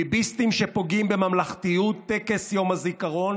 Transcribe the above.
ביביסטים שפוגעים בממלכתיות טקס יום הזיכרון